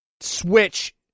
Switch